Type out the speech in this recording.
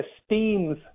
esteems